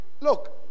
Look